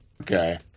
okay